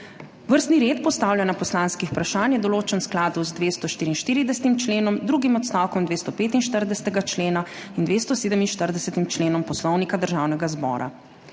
Vrstni red postavljanja poslanskih vprašanj je določen v skladu z 244. členom, drugim odstavkom 245. člena in 247. členom Poslovnika Državnega zbora.